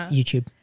YouTube